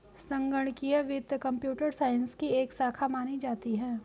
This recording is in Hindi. संगणकीय वित्त कम्प्यूटर साइंस की एक शाखा मानी जाती है